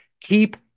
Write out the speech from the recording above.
Keep